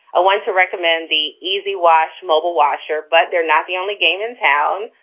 want to recommend the easy washe mobile washer, but they're not the only game in town.